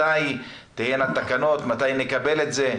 מתי תהיינה תקנות, מתי נקבל את זה?